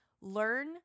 Learn